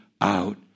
out